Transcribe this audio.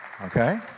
Okay